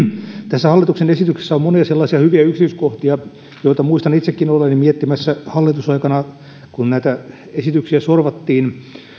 tässä hallituksen esityksessä on monia sellaisia hyviä yksityiskohtia joita muistan itsekin olleeni miettimässä hallitusaikana kun näitä esityksiä sorvattiin